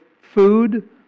food